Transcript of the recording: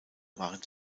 waren